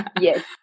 Yes